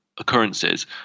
occurrences